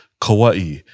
Kauai